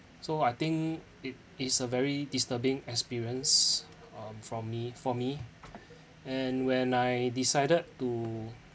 so I think it is a very disturbing experience um from me for me and when I decided to